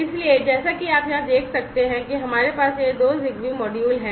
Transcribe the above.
इसलिए जैसा कि आप यहाँ देख सकते हैं कि हमारे पास ये दो ZigBee मॉड्यूल हैं